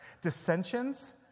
dissensions